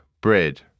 bread